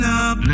up